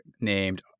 named